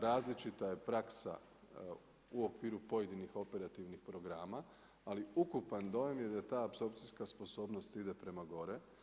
Različita je praksa u okviru pojedinih operativnih programa, ali ukupan dojam je da apsorpcijska sposobnost ide prema gore.